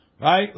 Right